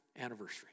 anniversary